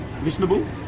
listenable